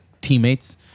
teammates